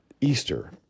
Easter